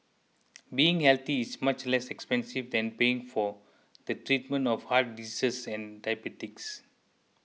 being healthy is much less expensive than paying for the treatment of heart disease and diabetes